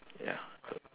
ya so